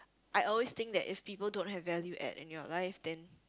I always think that if people don't have value add in your life then